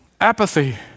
Apathy